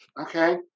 Okay